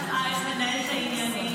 היא ידעה איך לנהל את העניינים.